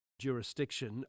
jurisdiction